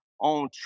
on